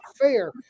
fair